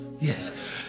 Yes